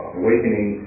awakening